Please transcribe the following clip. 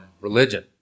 religion